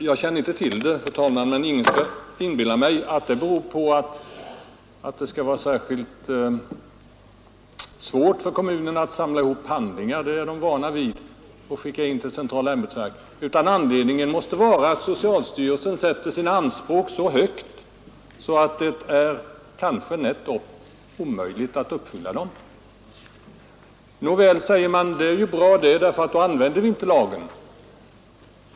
Jag känner inte närmare till det, fru talman, men ingen skall kunna inbilla mig att detta beror på att det skulle vara särskilt svårt för kommunerna att samla ihop handlingar — det är de vana vid — och skicka in dem till centrala ämbetsverk, utan anledningen måste vara att socialstyrelsen sätter sina anspråk så högt, att det kanske är nättopp omöjligt att uppfylla dem. Nåväl, säger man, det är bra det; då använder vi inte lagen.